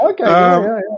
Okay